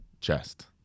chest